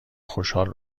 خوشحال